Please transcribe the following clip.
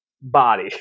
body